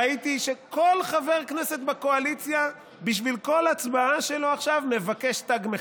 ראיתי שכל חבר כנסת בקואליציה בשביל כל הצבעה שלו עכשיו מבקש תג מחיר.